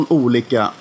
olika